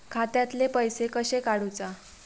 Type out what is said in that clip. खात्यातले पैसे कशे काडूचा?